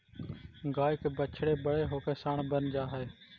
गाय के बछड़े बड़े होकर साँड बन जा हई